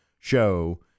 show